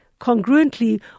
congruently